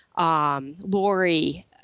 Lori